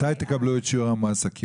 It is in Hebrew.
מתי תקבלו את שיעור המועסקים?